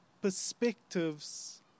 perspectives